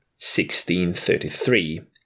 1633